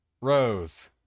Rose